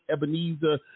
Ebenezer